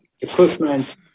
equipment